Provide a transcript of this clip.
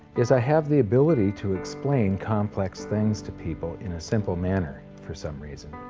is i have the ability to explain complex things to people in a simple manner for some reason,